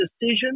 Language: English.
decision